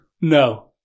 No